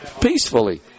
Peacefully